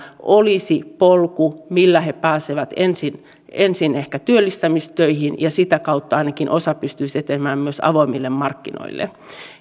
olisi polku millä he pääsevät ensin ensin ehkä työllistämistöihin ja sitä kautta ainakin osa pystyisi etenemään myös avoimille markkinoille